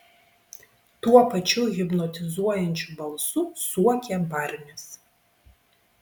tuo pačiu hipnotizuojančiu balsu suokė barnis